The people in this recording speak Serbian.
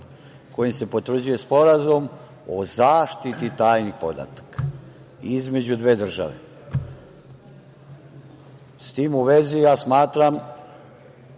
kojim se potvrđuje Sporazum o zaštiti tajnih podataka između dve države.S tim u vezi ja smatram